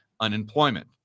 unemployment